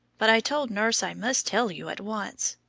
but i told nurse i must tell you at once.